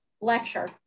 lecture